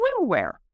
swimwear